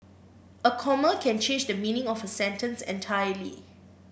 a comma can change the meaning of a sentence entirely